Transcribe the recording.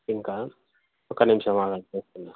ఇంకా ఒక నిమిషం ఆగండి అన్న